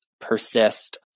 persist